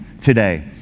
today